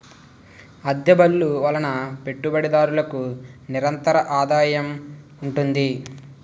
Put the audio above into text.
అద్దె బళ్ళు వలన పెట్టుబడిదారులకు నిరంతరాదాయం ఉంటుంది